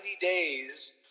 days